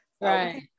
right